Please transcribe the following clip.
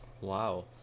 Wow